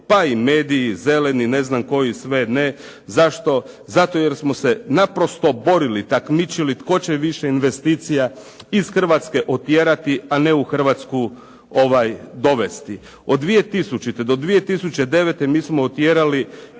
pa i mediji, zeleni, ne znam koji sve ne. Zašto? Zato jer smo se naprosto borili, takmičili tko će više investicija iz Hrvatske otjerati, a ne u Hrvatsku dovesti. Od 2000. do 2009. mi smo otjerali